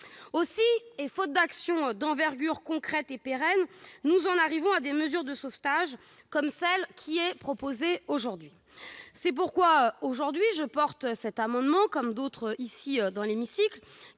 Aussi, faute d'actions d'envergure concrètes et pérennes, nous en arrivons à des mesures de sauvetage comme celles qui sont proposées aujourd'hui. C'est pourquoi je défends cet amendement, comme d'autres dans l'hémicycle,